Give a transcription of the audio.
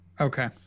Okay